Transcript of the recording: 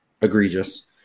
egregious